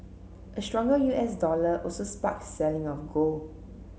a stronger U S dollar also sparked selling of gold